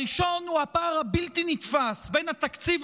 הראשון הוא הפער הבלתי-נתפס בין התקציב